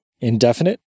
Indefinite